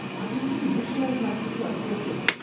i can actually visualize my future approaching.